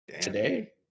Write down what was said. today